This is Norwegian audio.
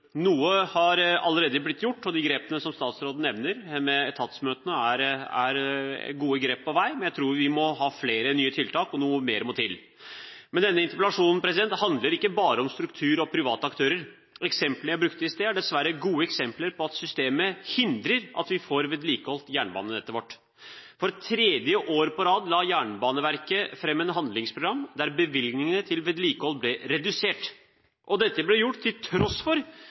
Noe har allerede blitt gjort. De grepene som statsråden nevner med etatsmøtene, er gode grep, men jeg tror vi må ha flere nye tiltak, og noe mer må til. Denne interpellasjonen handler ikke bare om struktur og private aktører. Eksemplene jeg brukte i sted, er dessverre gode eksempler på at systemet hindrer at vi får vedlikeholdt jernbanenettet vårt. For tredje år på rad la Jernbaneverket fram en handlingsplan der bevilgningene til vedlikehold ble redusert. Dette ble gjort til tross for